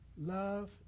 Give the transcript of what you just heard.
love